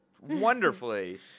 wonderfully